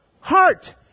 heart